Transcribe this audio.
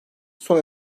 son